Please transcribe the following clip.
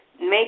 make